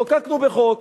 חוקקנו בחוק,